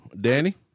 Danny